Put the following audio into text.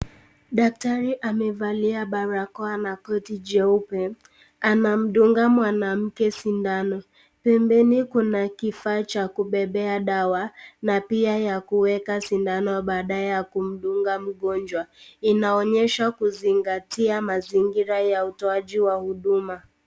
Daktari amevalia barakoa na koti jeupe, anamdunga mwanamke sindano. Pembeni kuna kifaa cha kubebea dawa, na pia ya kuweka sindano baadae ya kumdunga mgonjwa. Inaonyeshwa kuzingatia mazingira ya utaona wa huduma.